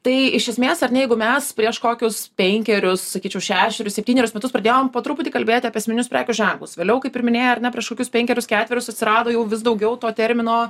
tai iš esmės ar ne jeigu mes prieš kokius penkerius sakyčiau šešerius septynerius metus pradėjom po truputį kalbėti apie esminius prekių ženklus vėliau kaip ir minėjai ar ne prieš kokius penkerius ketverius atsirado jau vis daugiau to termino